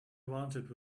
wanted